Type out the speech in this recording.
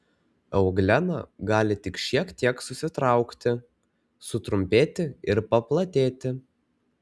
euglena gali tik šiek tiek susitraukti sutrumpėti ir paplatėti